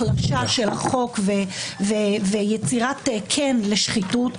החלשה של החוק ויצירת קן לשחיתות,